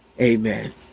amen